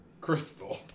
Crystal